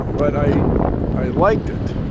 but i i liked it.